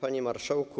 Panie Marszałku!